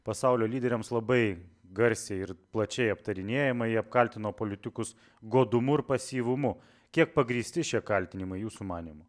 pasaulio lyderiams labai garsiai ir plačiai aptarinėjama ji apkaltino politikus godumu ir pasyvumu kiek pagrįsti šie kaltinimai jūsų manymu